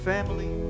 Family